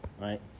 right